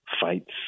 fights